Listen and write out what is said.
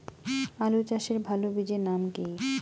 আলু চাষের ভালো বীজের নাম কি?